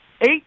Eight